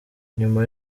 nyuma